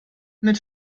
mit